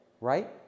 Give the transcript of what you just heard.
right